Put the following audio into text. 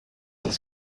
his